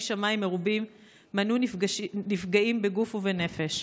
שמיים מרובים מנעו נפגעים בגוף ובנפש.